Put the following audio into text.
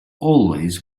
always